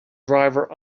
driver